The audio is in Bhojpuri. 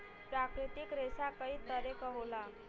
प्राकृतिक रेसा कई तरे क होला